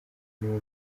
niwe